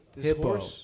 hippo